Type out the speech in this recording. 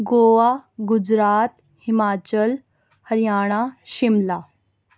Goa Gujarat Himachal Haryana Shimla